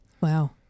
Wow